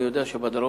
אני יודע שבדרום,